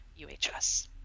UHS